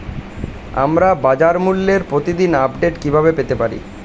আমরা বাজারমূল্যের প্রতিদিন আপডেট কিভাবে পেতে পারি?